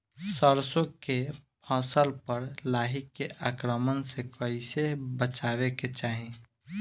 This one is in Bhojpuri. सरसो के फसल पर लाही के आक्रमण से कईसे बचावे के चाही?